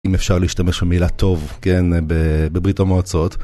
אם אפשר להשתמש במילה טוב, כן, בברית המועצות.